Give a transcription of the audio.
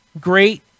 great